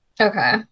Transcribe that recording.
Okay